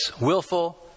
willful